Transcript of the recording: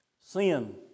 Sin